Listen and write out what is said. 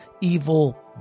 evil